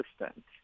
assistant